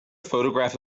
photograph